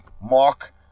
Mark